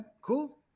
cool